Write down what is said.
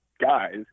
guys